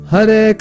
Hare